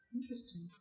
Interesting